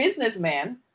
businessman